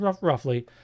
roughly